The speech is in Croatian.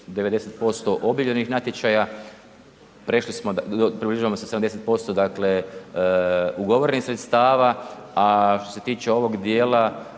90% objavljenih natječaja, približavamo se 79% dakle ugovorenih sredstava a što se tiče ovog dijela